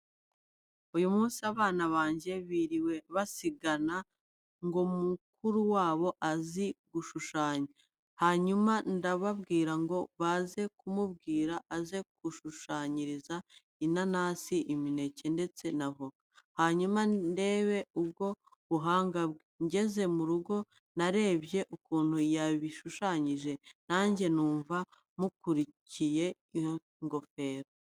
Uyu munsi abana banjye biriwe basigana ngo mukuru wabo azi gushushanya, hanyuma ndababwira ngo baze kumubwira aze kunshushanyiriza inanasi, imineke ndetse na voka, hanyuma ndebe ubwo buhanga bwe. Ngeze mu rugo narebye ukuntu yabishushanyije nanjye numva mukuriye ingofero.